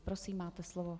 Prosím, máte slovo.